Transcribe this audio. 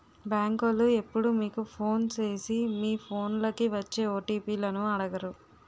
బేంకోలు ఎప్పుడూ మీకు ఫోను సేసి మీ ఫోన్లకి వచ్చే ఓ.టి.పి లను అడగరు